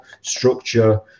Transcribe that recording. structure